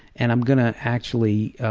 and i'm going to actually,